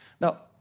Now